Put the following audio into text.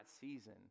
season